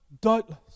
doubtless